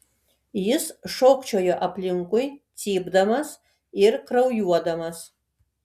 jis šokčiojo aplinkui cypdamas ir kraujuodamas